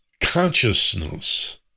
Consciousness